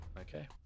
Okay